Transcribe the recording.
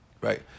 right